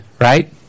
Right